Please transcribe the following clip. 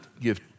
give